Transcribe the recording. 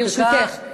ברשותך,